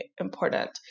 important